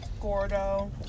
gordo